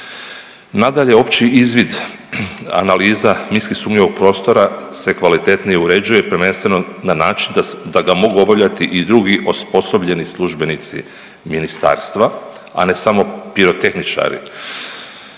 Nadalje, opći izvid analiza minski sumnjivog prostora se kvalitetnije uređuje prvenstveno na način da ga mogu obavljati i drugi osposobljeni službenici ministarstva, a ne samo pirotehničari.